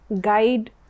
guide